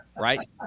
right